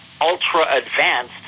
ultra-advanced